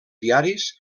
diaris